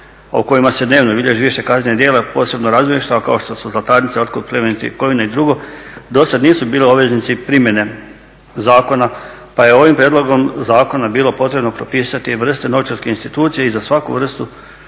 u kojima se dnevno bilježi više kaznenih djela … kao što su zlatarnice, otkup plemenitih kovina i drugo do sada nisu bile obveznici primjene zakona pa je ovim prijedlogom zakona bilo potrebno propisati vrste novčarskih institucija i za svaku vrstu